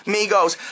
Migos